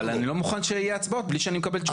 אבל אני לא מוכן שיהיו הצבעות בלי שאני מקבל תשובות.